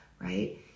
right